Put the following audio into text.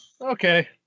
Okay